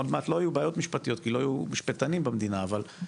עוד מעט לא יהיו בעיות משפטיות כי לא יהיו משפטנים במדינה (בצחוק).